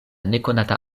nekonata